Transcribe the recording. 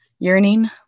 Yearning